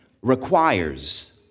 requires